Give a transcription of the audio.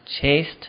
chaste